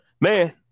Man